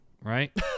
right